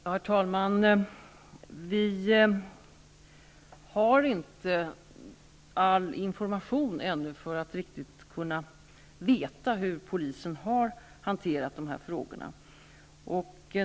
Herr talman! Vi har inte all information ännu, som vi behöver för att riktigt kunna veta hur polisen har hanterat de här frågorna.